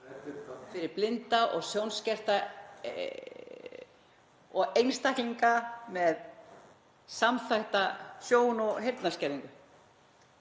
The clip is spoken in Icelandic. fyrir blinda, sjónskerta og einstaklinga með samþætta sjón- og heyrnarskerðingu